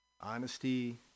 Honesty